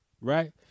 Right